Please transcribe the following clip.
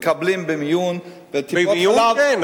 מקבלים במיון, בטיפות-חלב.